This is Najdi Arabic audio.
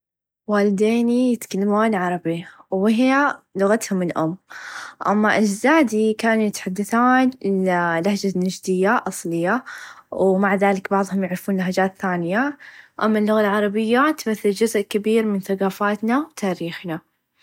والديني يتكلمون عربي و هى لغتهم الأم أما أجدادي كانو يتحدثون لهچه النچديه أصليه و مع ذالك بعضهم يعرفون لهچات ثانيه أما اللغه العربيه تمثل چزء كبير من ثقافتنا و تاريخنا.